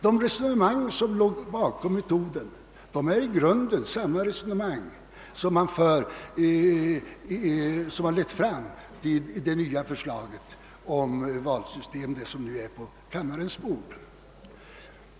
De resonemang som låg bakom utformningen av den metoden är i grunden samma resonemang som lett fram till det förslag om nytt valsystem som nu ligger på riksdagens bord.